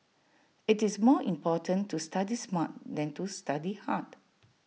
IT is more important to study smart than to study hard